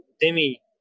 Demi